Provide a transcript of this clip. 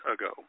ago